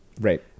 right